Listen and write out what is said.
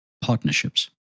partnerships